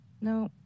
No